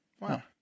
Wow